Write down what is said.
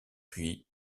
puis